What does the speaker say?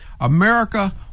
America